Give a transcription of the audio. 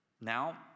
Now